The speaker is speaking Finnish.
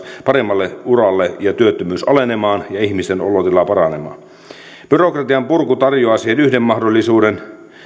paremmalle uralle työttömyyden alenemaan ja ihmisten olotilan paranemaan byrokratian purku tarjoaa siihen yhden mahdollisuuden